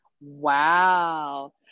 Wow